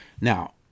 Now